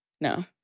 No